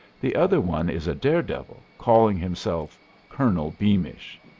the other one is a daredevil calling himself colonel beamish.